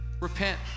repent